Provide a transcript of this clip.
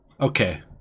Okay